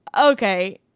okay